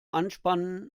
anspannen